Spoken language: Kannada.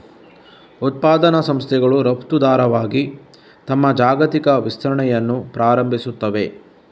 ಉತ್ಪಾದನಾ ಸಂಸ್ಥೆಗಳು ರಫ್ತುದಾರರಾಗಿ ತಮ್ಮ ಜಾಗತಿಕ ವಿಸ್ತರಣೆಯನ್ನು ಪ್ರಾರಂಭಿಸುತ್ತವೆ